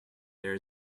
there